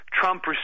Trump